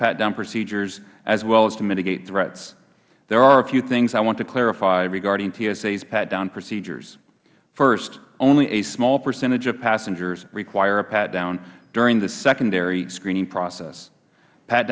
pat down procedures as well as to mitigate threats there are a few things i want to clarify regarding tsa's pat down procedures first only a small percentage of passengers require a pat down during the secondary screening process p